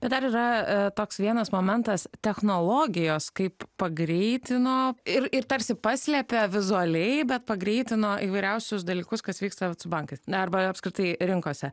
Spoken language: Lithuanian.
bet dar yra toks vienas momentas technologijos kaip pagreitino ir ir tarsi paslepia vizualiai bet pagreitino įvairiausius dalykus kas vyksta vat su bankais na arba apskritai rinkose